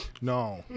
No